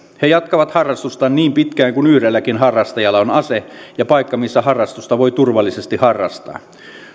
he jatkavat harrastustaan niin pitkään kuin yhdelläkin harrastajalla on ase ja paikka missä harrastusta voi turvallisesta harrastaa